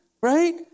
right